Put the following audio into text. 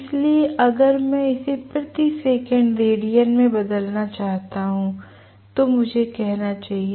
इसलिए अगर मैं इसे प्रति सेकंड रेडियन में बदलना चाहता हूं तो मुझे कहना चाहिए